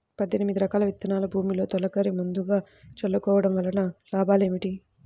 పద్దెనిమిది రకాల విత్తనాలు భూమిలో తొలకరి ముందుగా చల్లుకోవటం వలన లాభాలు ఏమిటి?